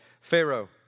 Pharaoh